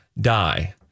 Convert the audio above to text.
die